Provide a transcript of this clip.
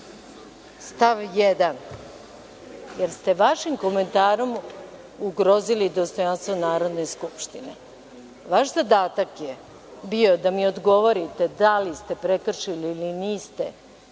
stav 1. jer ste vašim komentarom ugrozili dostojanstvo Narodne skupštine. Vaš zadatak je bio da mi odgovorite da li ste prekršili ili niste